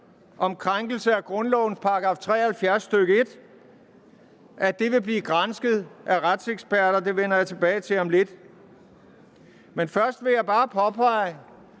om krænkelse af grundlovens § 73, stk. 1, vil blive gransket er retseksperter. Det vender jeg tilbage til om lidt. Men først vil jeg bare påpege,